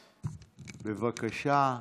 בבקשה.